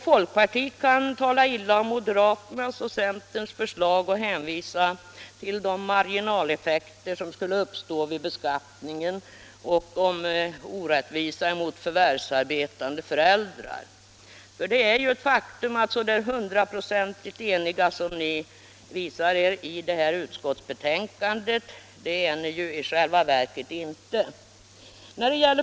Folkpartiet kan tala illa om moderaternas och centerns förslag samt hänvisa till de marginaleffekter som skulle uppstå vid beskattningen och orättvisan mot förvärvsarbetande föräldrar. Så hundraprocentigt eniga som ni visar er i detta utskottsbetänkande är ni ju i själva verket inte.